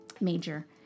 major